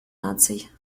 наций